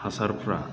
हासारफ्रा